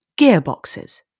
gearboxes